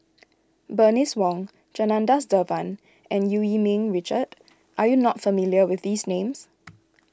Bernice Wong Janadas Devan and Eu Yee Ming Richard are you not familiar with these names